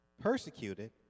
persecuted